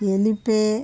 ఎలిపే